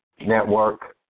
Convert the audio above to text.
Network